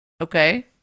okay